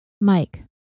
Mike